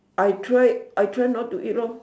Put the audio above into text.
I try I try not to eat lor